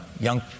young